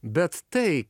bet tai